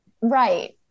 Right